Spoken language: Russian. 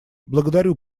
благодарю